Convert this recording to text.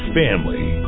family